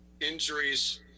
injuries